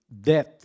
death